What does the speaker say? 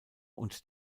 und